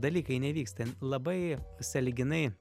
dalykai neįvyksta labai sąlyginai